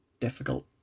difficult